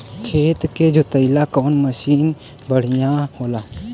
खेत के जोतईला कवन मसीन बढ़ियां होला?